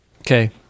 Okay